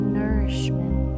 nourishment